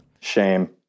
Shame